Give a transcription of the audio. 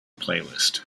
playlist